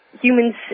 humans